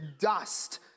dust